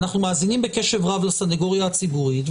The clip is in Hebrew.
אנחנו מאזינים בקשב רב לסניגוריה הציבורית,